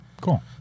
Cool